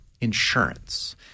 insurance